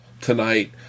tonight